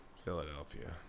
Philadelphia